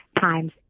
times